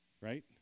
Right